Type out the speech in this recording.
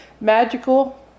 magical